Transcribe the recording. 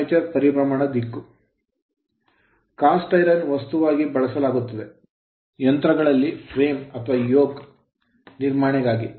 Cast iron ಎರಕಹೊಯ್ದ ಕಬ್ಬಿಣವನ್ನು ವಸ್ತುವಾಗಿ ಬಳಸಲಾಗುತ್ತದೆ ಯಂತ್ರಗಳಲ್ಲಿ frame ಫ್ರೇಮ್ ಅಥವಾ yoke ನೊಗಕ್ಕೆ